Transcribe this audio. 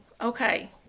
okay